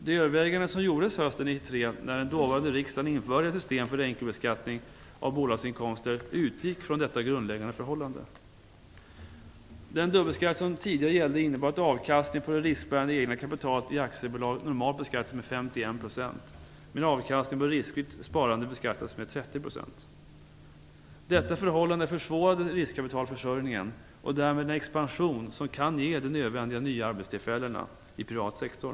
De överväganden som gjordes hösten 1993 när den dåvarande riksdagen införde ett system för enkelbeskattning av bolagsinkomster utgick från detta grundläggande förhållande. Den dubbelbeskattning som tidigare gällde innebar att avkastning på det riskbärande egna kapitalet i aktiebolag normalt beskattades med 51 % medan avkastningen på riskfritt sparande beskattades med 30 %. Detta förhållande försvårade riskkapitalförsörjningen och därmed den expansion som kan ge de nödvändiga nya arbetstillfällena i privat sektor.